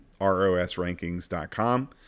rosrankings.com